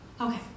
Okay